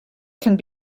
can